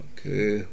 Okay